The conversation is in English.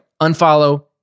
Unfollow